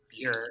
beer